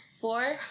four